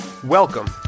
Welcome